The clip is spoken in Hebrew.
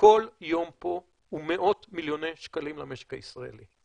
כל יום פה הוא מאות מיליוני שקלים למשק הישראלי.